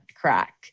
crack